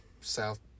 South